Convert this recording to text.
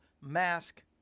mask